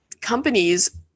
companies